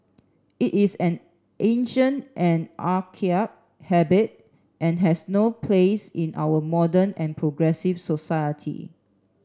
it is an ancient and archaic habit and has no place in our modern and progressive society